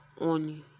on